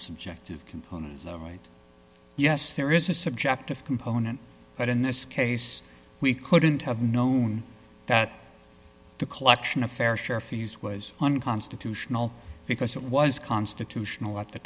subjective component is a right yes there is a subjective component but in this case we couldn't have known that the collection of fair share for use was unconstitutional because it was constitutional at the